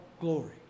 glory